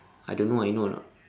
I don't know I know ah you know or not